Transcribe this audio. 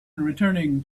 returning